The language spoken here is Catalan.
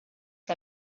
que